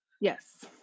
yes